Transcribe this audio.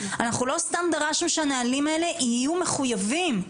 אנחנו לא סתם דרשנו שהנהלים האלה יהיו מחוייבים.